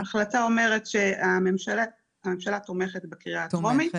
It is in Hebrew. ההחלטה אומרת שהממשלה תומכת בקריאה הטרומית.